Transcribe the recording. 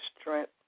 strength